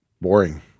boring